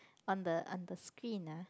on the on the screen ah